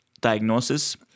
diagnosis